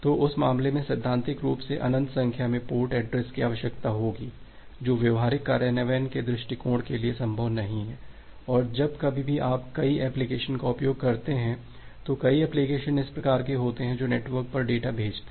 तो उस मामले में सैद्धांतिक रूप से अनंत संख्या में पोर्ट एड्रेस की आवश्यकता होगी जो व्यावहारिक कार्यान्वयन के दृष्टिकोण के लिए संभव नहीं है और जब कभी भी आप कई एप्लीकेशन का उपयोग करते हैं तो कई एप्लीकेशन इस प्रकार के होते हैं जो नेटवर्क पर डेटा भेजते हैं